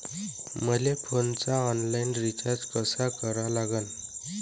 मले फोनचा online recharge कसा करा लागन?